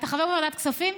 אתה חבר בוועדת הכספים?